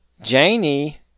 janie